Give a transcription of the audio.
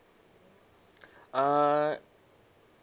uh